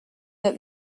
that